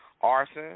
Arson